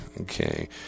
okay